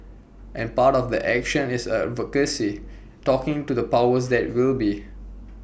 and part of that action is advocacy talking to the powers that will be